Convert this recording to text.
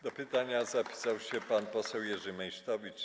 Do pytania zapisał się pan poseł Jerzy Meysztowicz.